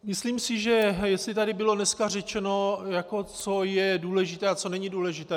Myslím si, že, jestli tady bylo dneska řečeno, co je důležité a co není důležité.